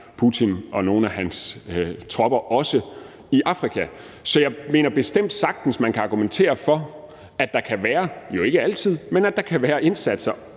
Putin og nogle af hans tropper også i Afrika. Så jeg mener bestemt, at man sagtens kan argumentere for, der kan være – men